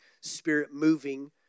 Spirit-moving